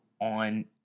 on